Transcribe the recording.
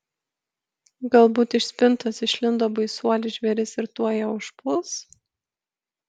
galbūt iš spintos išlindo baisuolis žvėris ir tuoj ją užpuls